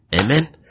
Amen